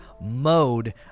mode